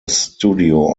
studio